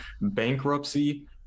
bankruptcy